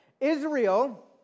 Israel